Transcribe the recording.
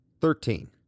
Thirteen